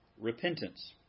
repentance